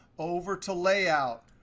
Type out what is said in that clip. over to layout,